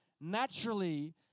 Naturally